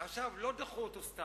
לא דחו אותו סתם.